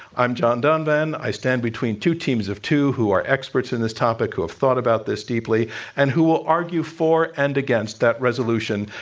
i'm john donvan. i stand between two teams of two who are experts in this topic who have thought about this deeply and who will argue for and against that resolution,